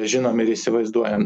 žinom ir įsivaizduojam